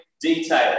detail